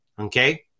okay